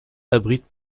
abrite